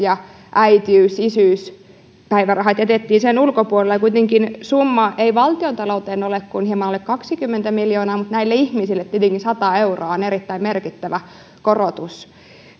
äitiys ja isyyspäivärahat jätettiin sen ulkopuolelle ja kuitenkaan summa ei valtiontaloudessa ole kuin hieman alle kaksikymmentä miljoonaa mutta näille ihmisille tietenkin sata euroa on erittäin merkittävä korotus